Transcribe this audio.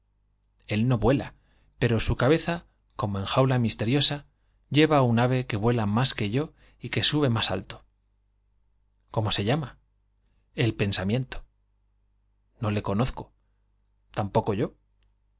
él no vuela pero en su cabeza como en jaula misteriosa lleva un ave que vuela más que yo y qué sube mas alto llama cómo se el pensamiento no le conozco tampoco yo